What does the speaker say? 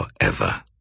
forever